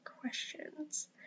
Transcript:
questions